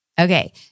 Okay